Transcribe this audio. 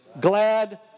glad